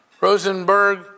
Rosenberg